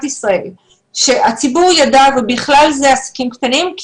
ישראל כדי שהציבור ידע ובכלל זה עסקים קטנים,